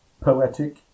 Poetic